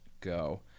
go